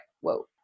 whoa